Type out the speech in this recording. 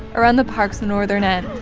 around the park's northern end.